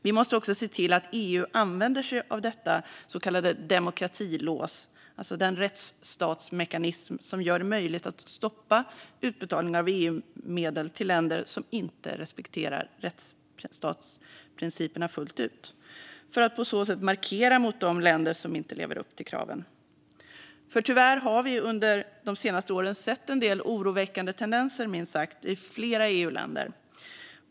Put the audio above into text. Vi måste också se till att EU använder sig av detta så kallade demokratilås, alltså den rättsstatsmekanism som gör det möjligt att stoppa utbetalningar av EU-medel till länder som inte respekterar rättsstatsprinciperna fullt ut, för att på så sätt markera mot de länder som inte lever upp till kraven. Tyvärr har vi ju under de senaste åren sett en del oroväckande tendenser, minst sagt, i flera EU-länder.